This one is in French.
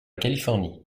californie